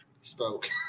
spoke